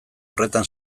horretan